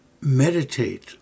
meditate